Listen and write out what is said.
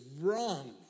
wrong